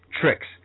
tricks